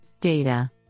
data